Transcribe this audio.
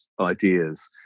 ideas